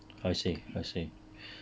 I see I see